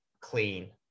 clean